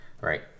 right